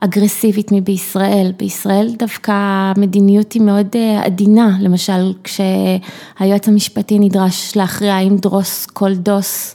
אגרסיבית מבישראל, בישראל דווקא המדיניות היא מאוד עדינה למשל כשהיועץ המשפטי נדרש להכריע אם דרוס כל דוס